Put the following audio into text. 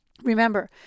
Remember